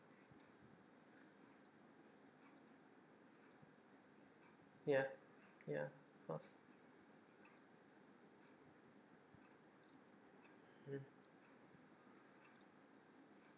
ya ya of course hmm